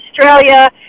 Australia